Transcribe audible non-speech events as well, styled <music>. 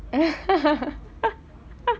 <laughs>